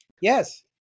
Yes